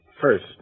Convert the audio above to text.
First